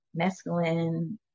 mescaline